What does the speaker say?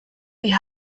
die